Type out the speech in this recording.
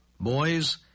Boys